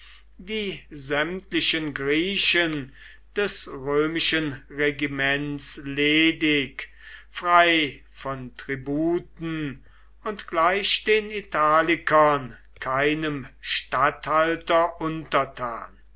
die sämtlichen griechen des römischen regiments ledig frei von tributen und gleich den italikern keinem statthalter untertan